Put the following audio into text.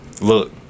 look